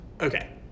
Okay